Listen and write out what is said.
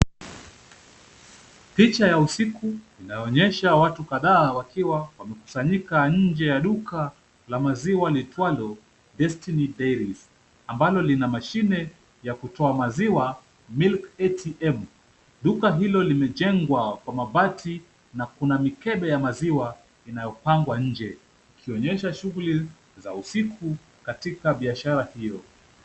Picha ya usiku inayoonyesha watu kadhaa wakiwa wamekusanyika nje ya duka la maziwa liitwalo Destiny Dairy , ambalo lina mashine ya kutoa maziwa milk ATM . Duka hilo limejengwa kwa mabati na kuna mikebe ya maziwa inayopangwa nje, ikionyesha shughuli za usiku katika biashara hiyo.